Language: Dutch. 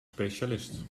specialist